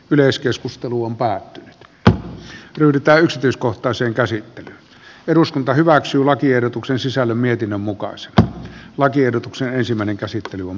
yleiskeskusteluun päättynyt alle yrittää yksityiskohtaisen käsittelyn eduskunta hyväksyi lakiehdotuksen sisällön mietinnön nyt päätetään lakiehdotuksen ensimmäinen käsittely on